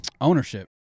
ownership